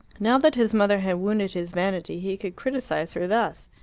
now that his mother had wounded his vanity he could criticize her thus.